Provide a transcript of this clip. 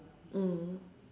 mm